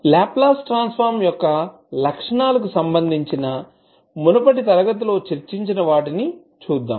Laplace transform యొక్క లక్షణాలకు సంబంధించిన మునుపటి తరగతిలో చర్చించిన వాటిని చూద్దాం